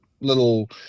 little